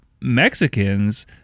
Mexicans